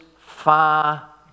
far